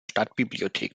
stadtbibliothek